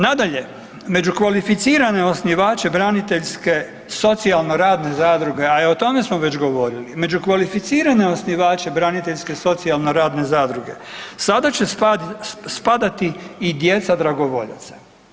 Nadalje, među kvalificirane osnivače braniteljske socijalno-radne zadruge, i o tome smo već govorili, među kvalificirane osnivače braniteljske socijalno-radne zadruge sada će spadati i djeca dragovoljaca.